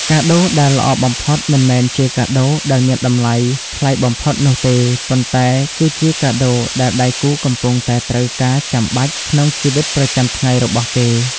កាដូដែលល្អបំផុតមិនមែនជាកាដូដែលមានតម្លៃថ្លៃបំផុតនោះទេ ប៉ុន្តែគឺជាកាដូដែលដៃគូកំពុងតែត្រូវការចាំបាច់ក្នុងជីវិតប្រចាំថ្ងៃរបស់គេ។